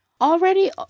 Already